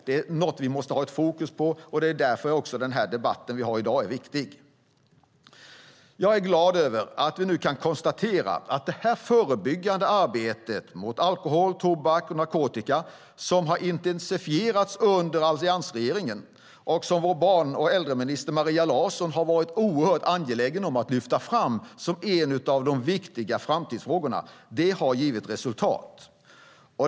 Det är något vi måste ha fokus på, och det är därför den debatt vi har i dag är viktig. Jag är glad över att vi nu kan konstatera att det förebyggande arbetet mot alkohol, tobak och narkotika - som har intensifierats under alliansregeringen och som vår barn och äldreminister Maria Larsson har varit oerhört angelägen om att lyfta fram som en av de viktiga framtidsfrågorna - har givit resultat.